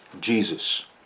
Jesus